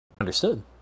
Understood